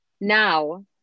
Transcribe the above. Now